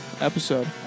episode